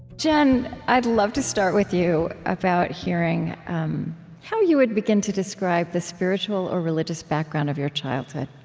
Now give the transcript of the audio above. jen, i'd love to start with you about hearing how you would begin to describe the spiritual or religious background of your childhood